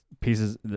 pieces